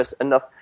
enough